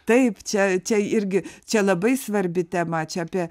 taip čia čia irgi čia labai svarbi tema čia apie